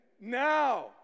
now